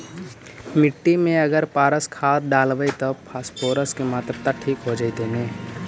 मिट्टी में अगर पारस खाद डालबै त फास्फोरस के माऋआ ठिक हो जितै न?